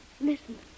Listen